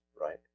Right